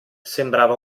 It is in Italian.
sembrava